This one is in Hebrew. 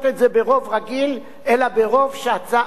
אלא ברוב שתזכיר הצעת החוק מונה.